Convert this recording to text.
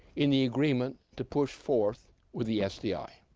in the agreement to push forward with the sdi.